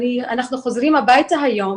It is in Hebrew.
אנחנו חוזרים הביתה היום,